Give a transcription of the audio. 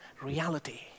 reality